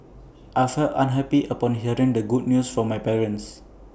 I felt happy upon hearing the good news from my parents